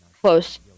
close